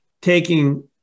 taking